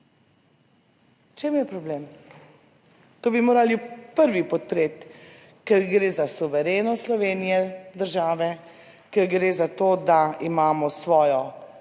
čem je problem? To bi morali prvi podpreti, ker gre za suverenost Slovenije, države, ker gre za to, da imamo svojo,